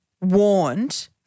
warned